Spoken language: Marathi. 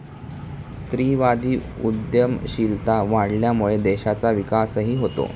स्त्रीवादी उद्यमशीलता वाढल्यामुळे देशाचा विकासही होतो